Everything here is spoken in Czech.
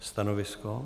Stanovisko?